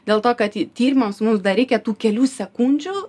dėl to kad tyrimams mums dar reikia tų kelių sekundžių